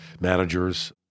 managers